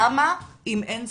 למה אם אין ספק,